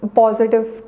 positive